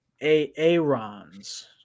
Aarons